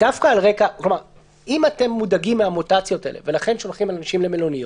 אם אתם מודאגים מהמוטציות האלה ולכן שולחים אנשים למלוניות,